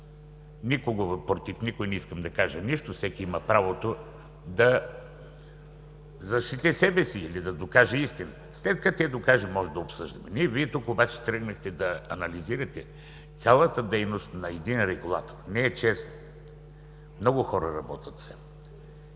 никой не искам да кажа, всеки има правото да защити себе си или да докаже истината. След като я докаже, може да обсъждаме. Вие тук обаче тръгнахте да анализирате цялата дейност на един Регулатор. Не е честно. Много хора работят в